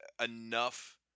enough